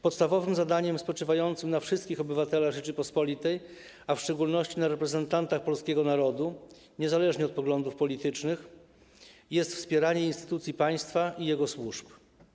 Podstawowym zadaniem spoczywającym na wszystkich obywatelach Rzeczypospolitej, a w szczególności na reprezentantach polskiego narodu - niezależnie od poglądów politycznych - jest wspieranie instytucji państwa i jego służb.